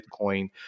Bitcoin